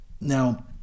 Now